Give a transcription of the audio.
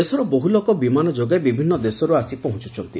ଦେଶର ବହୁ ଲୋକ ବିମାନ ଯୋଗେ ବିଭିନ୍ନ ଦେଶର୍ ଆସି ପହଞ୍ଚୁଛନ୍ତି